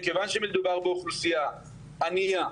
מכיוון שמדובר באוכלוסייה ענייה,